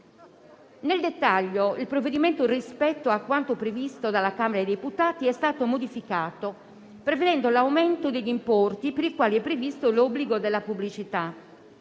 Nel dettaglio, il provvedimento trasmesso dalla Camera deputati è stato modificato prevedendo l'aumento degli importi per i quali è previsto l'obbligo della pubblicità.